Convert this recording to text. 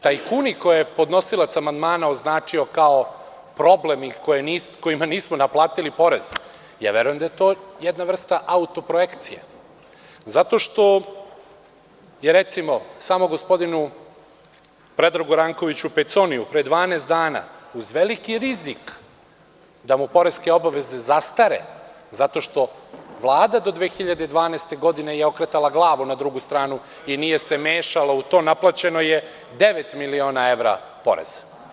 Tajkuni koje je podnosilac amandmana označio kao problem i kojima nismo naplatili porez, ja verujem da je to jedna vrsta autoprojekcije, zato što je, recimo, samo gospodinu Predragu Rankoviću Peconiju pre 12 dana, uz veliki rizik da mu poreske obaveze zastare, zato što Vlada do 2012. godine je okretala glavu na drugu stranu i nije se mešala u to, naplaćeno devet miliona evra poreza.